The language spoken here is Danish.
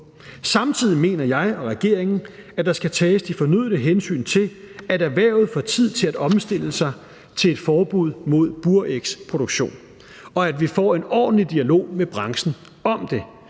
Samtidig mener jeg og regeringen, at der skal tages de fornødne hensyn til, at erhvervet får tid til at omstille sig til et forbud mod burægsproduktion, og at vi får en ordentlig dialog med branchen om det.